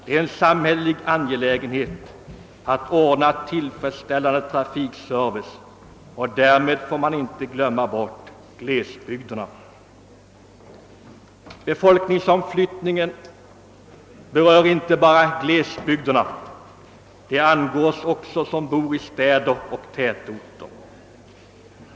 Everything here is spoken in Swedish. Det är en samhällelig angelägenhet att ordna tillfredsställande trafikservice, och därvid får man inte glömma bort glesbygderna. Befolkningsomflyttningen berör inte bara glesbygderna. Den angår också oss som bor i städer och tätorter.